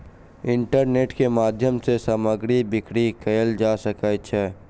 internet के माध्यम सॅ सामग्री बिक्री कयल जा सकै छै